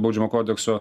baudžiamo kodekso